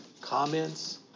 comments